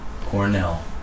Cornell